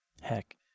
Heck